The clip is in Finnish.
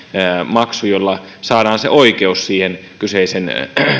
maksu jolla saadaan se oikeus siihen kyseisessä